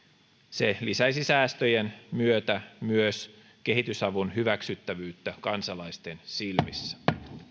se lisäisi säästöjen myötä myös kehitysavun hyväksyttävyyttä kansalaisten silmissä